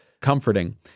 comforting